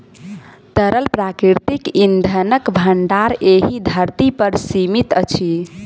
तरल प्राकृतिक इंधनक भंडार एहि धरती पर सीमित अछि